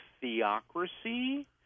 theocracy